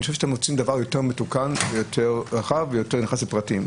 אני חושב שאתם רוצים דבר יותר מתוקן ויותר רחב ויותר נכנס לפרטים.